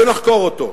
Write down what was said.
שנחקור אותו.